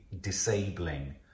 disabling